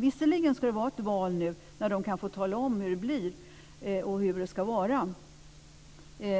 Visserligen ska det hållas ett val nu då de kan få tala om hur de vill att det ska vara